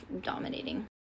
dominating